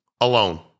alone